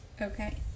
Okay